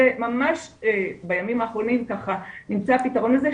זה ממש בימים האחרונים נמצא הפתרון הזה,